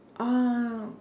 ah